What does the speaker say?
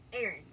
Aaron